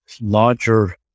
larger